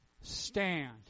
stand